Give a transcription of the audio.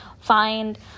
find